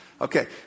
Okay